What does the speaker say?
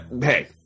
hey